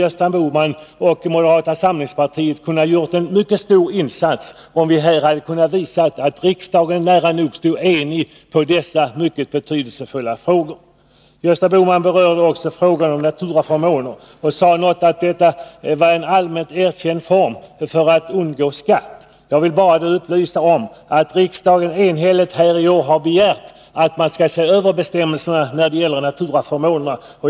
Gösta Bohman och moderata samlingspartiet skulle ha gjort en mycket stor insats, om vi här hade kunnat uppvisa en i stort sett enig riksdag i dessa mycket betydelsefulla frågor. Gösta Bohman berörde också frågan om naturaförmåner och sade någonting om att utnyttjandet av dessa förmåner var ett allmänt erkänt sätt att undgå skatt. Jag vill bara upplysa om att riksdagen i år enhälligt har beslutat att begära att man skall se över bestämmelserna för naturaförmåner.